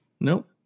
Nope